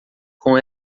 com